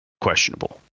questionable